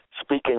speaking